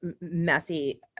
messy